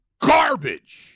garbage